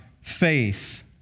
faith